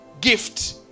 gift